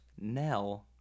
Nell